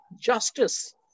justice